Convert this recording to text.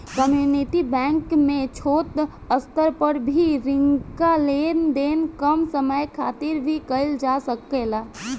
community bank में छोट स्तर पर भी रिंका लेन देन कम समय खातिर भी कईल जा सकेला